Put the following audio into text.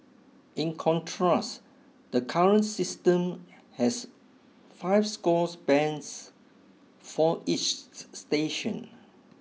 in contrast the current system has five score bands for each station